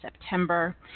September